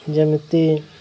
ଯେମିତି